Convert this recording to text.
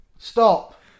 Stop